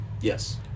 Yes